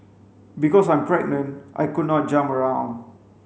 because I'm pregnant I could not jump around